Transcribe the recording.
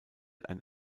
ein